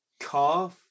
calf